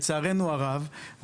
לצערנו הרב,